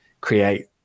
create